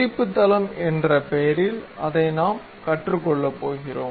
குறிப்பு தளம் என்ற பெயரில் அதை நாம் கற்றுக்கொள்ளப் போகிறோம்